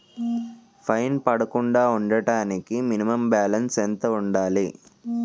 Fine పడకుండా ఉండటానికి minimum balance ఎంత ఉండాలి?